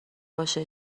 باشه